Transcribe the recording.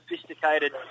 sophisticated